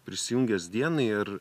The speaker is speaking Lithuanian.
prisijungęs dienai ar